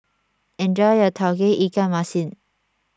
enjoy your Tauge Ikan Masin